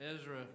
Ezra